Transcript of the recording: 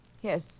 Yes